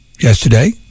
yesterday